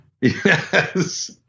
Yes